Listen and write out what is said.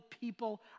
people